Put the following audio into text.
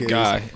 guy